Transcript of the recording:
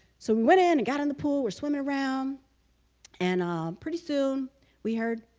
so we went in and got in the pool we're swimming around and pretty soon we heard,